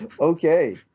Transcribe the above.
Okay